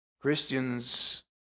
Christians